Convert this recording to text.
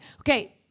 Okay